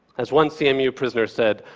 as one cmu prisoner said,